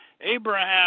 Abraham